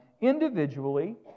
individually